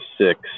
six